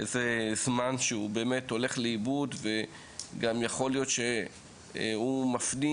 שזה זמן שהוא באמת הולך לאיבוד וגם יכול להיות שהוא מפנים